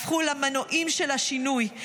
הפכו למנועים של השינוי.